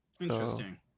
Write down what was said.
interesting